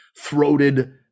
throated